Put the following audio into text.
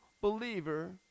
believer